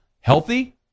healthy